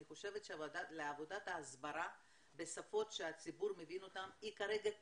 אני חושבת שעבודת ההסברה בשפות שהציבור מבין אותן היא כרגע קריטית.